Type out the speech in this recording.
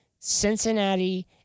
Cincinnati